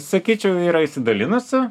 sakyčiau yra išsidalinusi